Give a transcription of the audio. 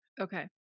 Okay